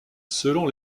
selon